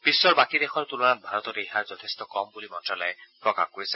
বিশ্বৰ বাকী দেশৰ তুলনাত ভাৰতত এই হাৰ যথেষ্ট কম বুলি মন্ত্যালয়ে মন্তব্য কৰিছে